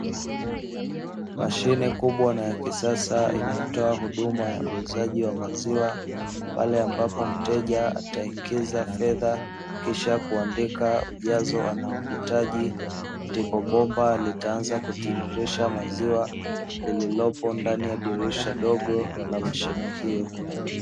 Mashine kubwa na ya kisasa inayotoa huduma ya uuzaji wa maziwa pale ambapo mteja ataingiza fedha, kisha kuandika ujazo anaohitaji ndipo bomba litaanza kutiririsha maziwa lililopo ndani ya dirisha dogo la mashine hiyo.